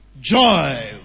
Joy